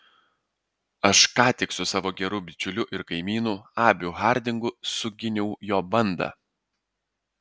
aš ką tik su savo geru bičiuliu ir kaimynu abiu hardingu suginiau jo bandą